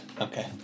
Okay